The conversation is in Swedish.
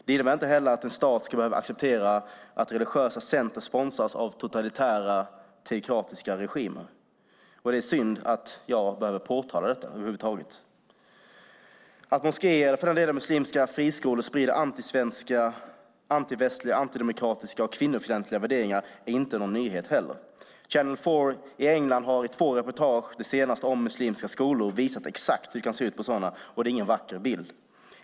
Den innebär inte heller att en stat ska behöva acceptera att religiösa center sponsras av totalitära teokratiska regimer. Det är synd att jag behöver påtala detta över huvud taget. Att moskéer och för den delen muslimska friskolor sprider antisvenska, antivästliga, antidemokratiska och kvinnofientliga värderingar är inte heller någon nyhet. Channel 4 i England har i två reportage, det senaste om muslimska skolor, visat exakt hur det kan se ut, och det är ingen vacker bild.